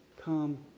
Come